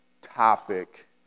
topic